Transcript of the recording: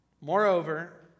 Moreover